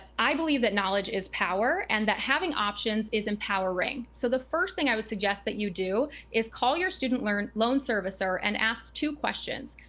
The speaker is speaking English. i believe that knowledge is power and that having options is empowering so the first thing i would suggest that you do is call your student loan loan servicer and ask two questions.